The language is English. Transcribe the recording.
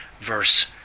verse